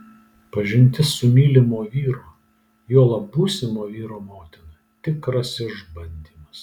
pažintis su mylimo vyro juolab būsimo vyro motina tikras išbandymas